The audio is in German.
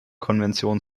konvention